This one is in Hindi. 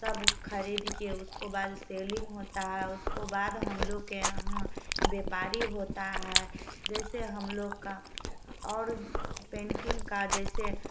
सब खरीद के उसको उसके बाद सेलिंग होता है उसके बाद हम लोग के यहाँ व्यापारी होता है जैसे हम लोग का और पेंटिंग का जैसे